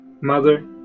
Mother